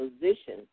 position